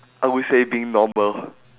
I would say being normal